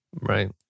Right